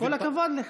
הכבוד לך.